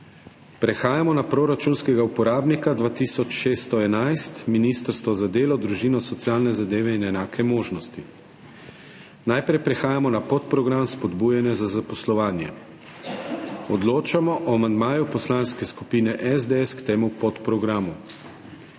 Prehajamo na proračunskega uporabnika 2611 Ministrstvo za delo, družino, socialne zadeve in enake možnosti. Najprej prehajamo na podprogram spodbujanja za zaposlovanje. Odločamo o amandmaju Poslanske skupine SDS k temu podprogramu.